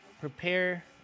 Prepare